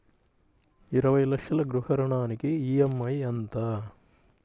ఇరవై లక్షల గృహ రుణానికి ఈ.ఎం.ఐ ఎంత?